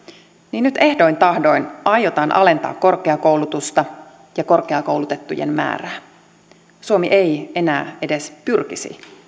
niin nyt ehdoin tahdoin aiotaan alentaa korkeakoulutusta ja korkeakoulutettujen määrää suomi ei enää edes pyrkisi